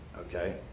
okay